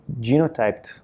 genotyped